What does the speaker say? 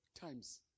times